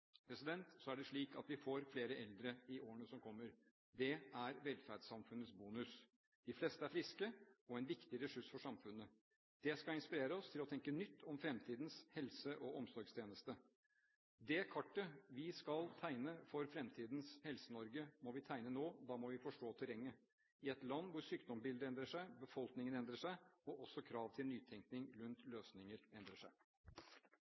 Så er det slik at vi får flere eldre i årene som kommer. Det er velferdssamfunnets bonus. De fleste er friske og en viktig ressurs for samfunnet. Det skal inspirere oss til å tenke nytt om fremtidens helse- og omsorgstjeneste. Det kartet vi skal tegne for fremtidens Helse-Norge, må vi tegne nå. Da må vi forstå terrenget. I et land hvor sykdomsbildet og befolkningen endrer seg, må også krav til nytenkning rundt løsninger endre seg.